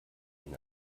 ihn